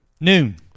noon